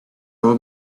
old